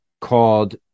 called